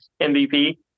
MVP